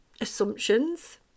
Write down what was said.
assumptions